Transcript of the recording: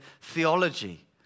theology